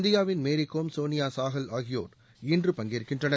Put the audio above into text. இந்தியாவின் மேரிகோம் சோனியா சாஹல் ஆகியோர் இன்று பங்கேற்கின்றனர்